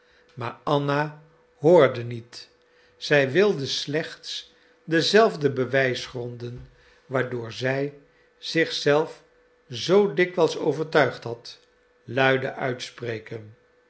maar anna hoorde niet zij wilde slechts dezelfde bewijsgronden waardoor zij zich zelf zoo dikwijls overtuigd had luide uitspreken